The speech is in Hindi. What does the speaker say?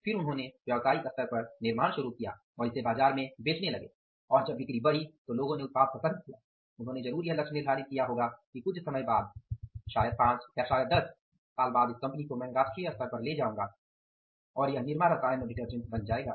फिर उन्होंने व्यावसायिक स्तर पर निर्माण शुरू किया और इसे बाजार में बेचने लगे और फिर जब बिक्री बढी लोगों ने उत्पाद पसंद किया तो उन्होंने जरुर यह लक्ष्य निर्धारित किया होगा कि कुछ समय पश्चात् शायद 5 या 10 साल बाद इस कंपनी को मैं राष्ट्रीय स्तर तक ले जाऊंगा और यह निरमा रसायन और डिटर्जेंट बन जाएगा